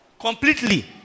completely